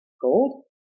gold